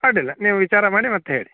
ಅಡ್ಡಿಲ್ಲ ನೀವು ವಿಚಾರ ಮಾಡಿ ಮತ್ತೆ ಹೇಳಿ